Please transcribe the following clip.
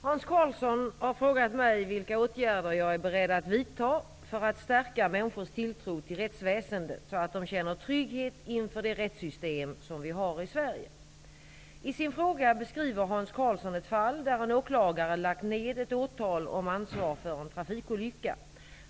Herr talman! Hans Karlsson har frågat mig vilka åtgärder jag är beredd att vidta för att stärka människors tilltro till rättsväsendet så att de känner trygghet inför det rättssystem som vi har i Sverige. I sin fråga beskriver Hans Karlsson ett fall där en åklagare lagt ned ett åtal om ansvar för en trafikolycka.